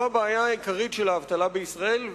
זו הבעיה העיקרית של האבטלה בישראל,